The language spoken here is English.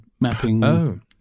mapping